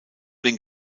den